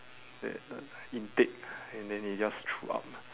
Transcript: that uh intake and then they just threw up